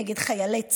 נגד חיילי צה"ל,